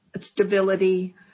stability